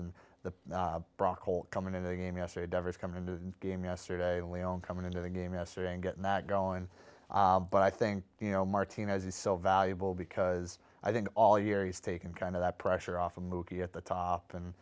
hole coming into the game yesterday divers come into the game yesterday only on coming into the game yesterday and getting that going but i think you know martinez is so valuable because i think all year he's taken kind of that pressure off a movie at the top and